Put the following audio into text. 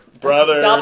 Brothers